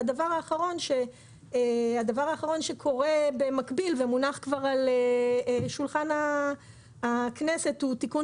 והדבר האחרון שקורה במקביל ומונח כבר על שולחן הכנסת הוא תיקון